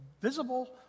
visible